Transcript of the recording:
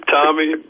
Tommy